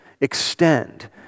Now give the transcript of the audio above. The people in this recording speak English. extend